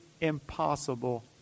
impossible